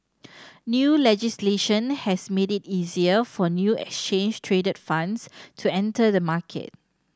new legislation has made it easier for new exchange traded funds to enter the market